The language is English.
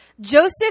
Joseph